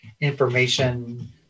information